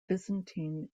byzantine